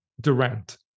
Durant